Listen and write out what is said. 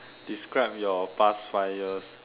describe your past five years